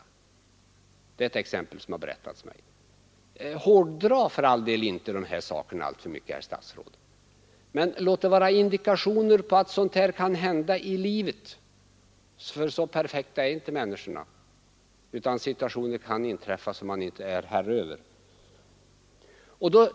Detta är ett exempel som har berättats mig. Hårdra för all del inte de här exemplen, herr statsråd. Men låt dem vara en indikation på att sådant här kan hända i livet — så perfekta är inte människorna att inte situationer kan inträffa som de inte är herre över.